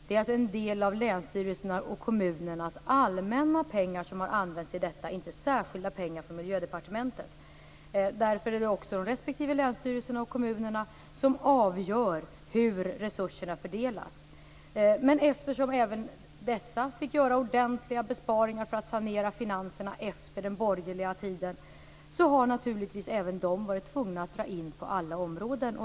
Det är alltså en del av länsstyrelsernas och kommunernas allmänna pengar som har använts i detta, inte särskilda pengar från Miljödepartementet. Därför är det också de respektive länsstyrelserna och kommunerna som avgör hur resurserna fördelas. Men eftersom även dessa fick göra ordentliga besparingar för att sanera finanserna efter den borgerliga tiden har naturligtvis även de varit tvungna att dra in på alla områden.